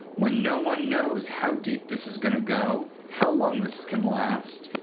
when no one knows how deep this is going to go, how long this can last,